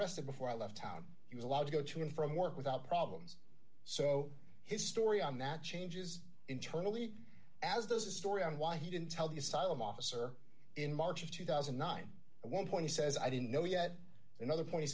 arrested before i left town he was allowed to go to and from work without problems so his story on that changes internally as does a story on why he didn't tell the asylum officer in march of two thousand and nine at one point he says i didn't know yet another point